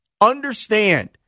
understand